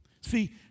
See